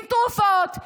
עם תרופות,